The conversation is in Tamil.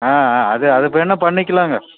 அது அது வேணுனா பண்ணிக்கலாங்க